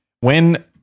When-